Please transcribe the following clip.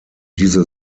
diese